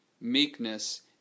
meekness